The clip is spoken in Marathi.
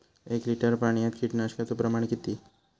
एक लिटर पाणयात कीटकनाशकाचो प्रमाण किती?